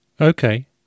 Okay